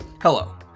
Hello